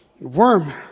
Worm